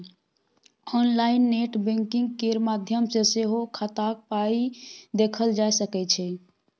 online net banking केर माध्यम सँ सेहो खाताक पाइ देखल जा सकै छै